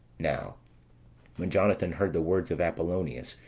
now when jonathan heard the words of apollonius,